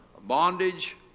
bondage